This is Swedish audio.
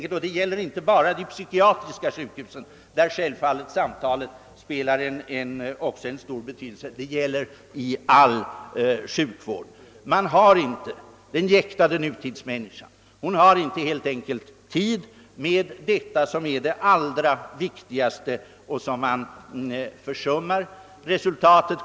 Detta gäller inte bara läkarna vid de psykiatriska sjukhusen, där just samtal givetvis spelar en stor roll vid behandlingen, utan det gäller all sjukvård. En jäktad läkare hinner nu för tiden helt enkelt inte med att samtala med patienterna, vilket ändå är det allra viktigaste. Det försummas därför ofta.